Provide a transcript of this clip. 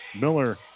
Miller